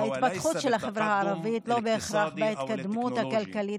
אך ההתפתחות של החברה הערבית היא לא בהכרח בהתקדמות כלכלית